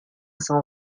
cent